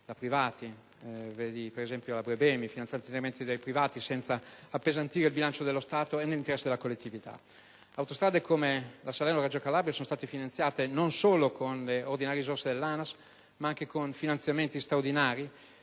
dai privati. Vedi, ad esempio, la BreBeMi, finanziata interamente dai privati senza appesantire il bilancio dello Stato e nell'interesse della collettività. Autostrade come la Salerno-Reggio Calabria sono state finanziate non solo con le ordinarie risorse dell'ANAS, ma anche con finanziamenti straordinari